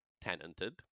tenanted